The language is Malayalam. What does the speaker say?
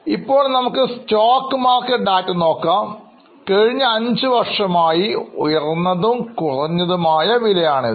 ഇപ്പോൾ നമുക്ക് സ്റ്റോക്ക് മാർക്കറ്റ് ഡാറ്റ നോക്കാം കഴിഞ്ഞ അഞ്ചുവർഷമായി ഉയർന്നതും കുറഞ്ഞതുമായ വിലയാണിത്